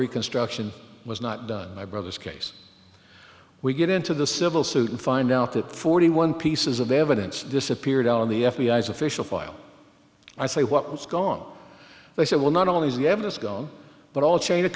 reconstruction was not done my brother's case we get into the civil suit and find out that forty one pieces of evidence disappeared on the f b i s official file i say what was gone they said well not only is the evidence gone but all chain of